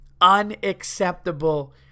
unacceptable